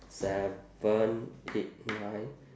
seven eight nine